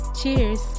cheers